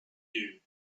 you